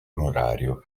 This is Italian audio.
onorario